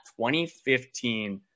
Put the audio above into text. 2015